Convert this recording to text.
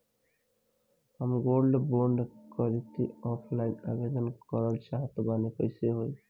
हम gold bond करंति offline आवेदन करल चाह तनि कइसे होई?